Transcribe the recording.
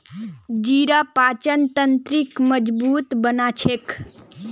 जीरा पाचन तंत्रक मजबूत बना छेक